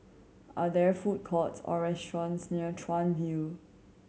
are there food courts or restaurants near Chuan View